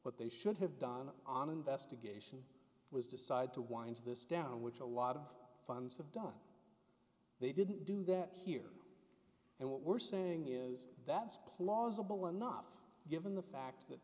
what they should have done on an investigation it was decided to wind this down which a lot of funds have done they didn't do that here and what we're saying is that's plausible enough given the fact that